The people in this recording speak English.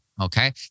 Okay